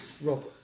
Rob